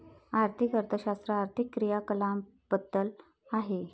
आर्थिक अर्थशास्त्र आर्थिक क्रियाकलापांबद्दल आहे